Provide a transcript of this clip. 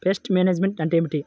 Pest management అంటే ఏమిటి?